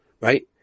right